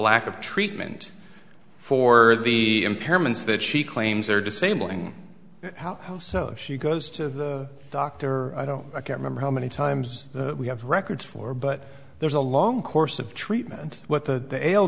lack of treatment for the impairments that she claims are disabling how so she goes to the doctor i don't i can't remember how many times we have records for but there's a long course of treatment what the